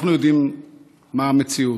אנחנו יודעים מה המציאות,